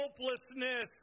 hopelessness